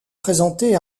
présentées